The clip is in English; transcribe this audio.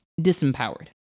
disempowered